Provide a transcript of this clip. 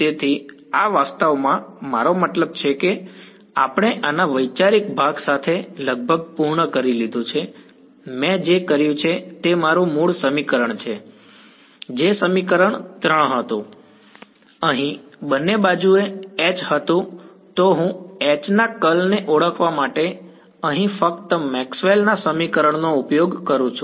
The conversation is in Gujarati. તેથી આ વાસ્તવમાં મારો મતલબ છે કે આપણે આના વૈચારિક ભાગ સાથે લગભગ પૂર્ણ કરી લીધું છે મેં જે કર્યું છે તે મારું મૂળ સમીકરણ છે જે સમીકરણ 3 હતું અહીં બંને બાજુએ H હતું તો હું H ના કર્લ ને ઓળખવા માટે અહીં ફક્ત મેક્સવેલ ના સમીકરણોનો ઉપયોગ કરું છું